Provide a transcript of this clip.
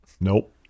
Nope